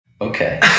Okay